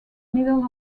middle